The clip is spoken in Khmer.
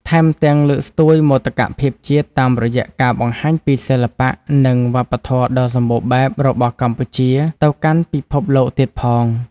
ថែមទាំង លើកស្ទួយមោទកភាពជាតិ តាមរយៈការបង្ហាញពីសិល្បៈ និងវប្បធម៌ដ៏សម្បូរបែបរបស់កម្ពុជាទៅកាន់ពិភពលោកទៀតផង។